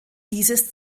dieses